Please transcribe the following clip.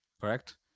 Correct